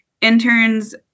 interns